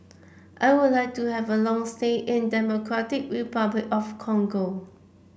I would like to have a long stay in Democratic Republic of Congo